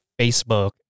Facebook